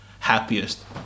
happiest